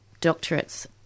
doctorates